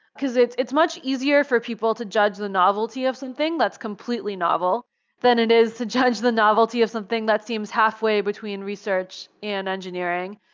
it's it's much easier for people to judge the novelty of something that's completely novel than it is to judge the novelty of something that seems halfway between research and engineering,